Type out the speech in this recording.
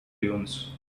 dunes